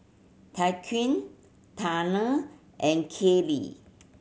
Tyquan Tanner and Kaylee